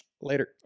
Later